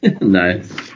Nice